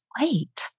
wait